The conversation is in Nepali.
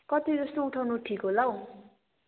कति जस्तो उठाउनु ठिक होला हौ